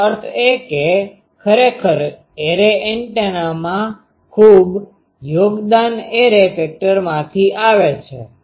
તેનો અર્થ એ કે ખરેખર એરે એન્ટેનામાં મુખ્ય યોગદાન એરે ફેક્ટરમાંથી આવે છે